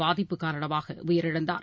பாதிப்பு காரணமாகஉயிரிழந்தார்